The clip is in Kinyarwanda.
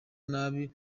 nabi